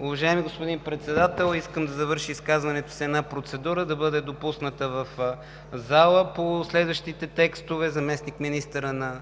Уважаеми господин Председател, искам да завърша изказването си с една процедура – да бъде допусната в залата по следващите текстове заместник-министърът на